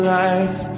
life